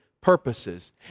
purposes